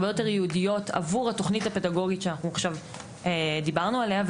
הרבה יותר ייעודיות עבור התכנית הפדגוגית שדיברנו עליה.